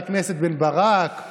הקרן ביקשה